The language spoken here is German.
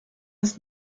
ist